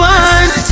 one